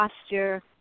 posture